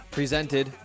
presented